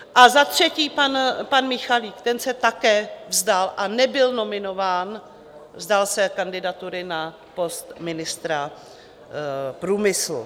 A za třetí, pan Michalík, ten se také vzdal a nebyl nominován vzdal se kandidatury na post ministra průmyslu.